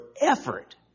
effort